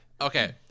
Okay